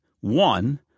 one